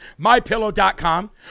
mypillow.com